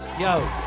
Yo